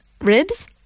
ribs